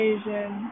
Asian